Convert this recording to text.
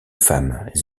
femmes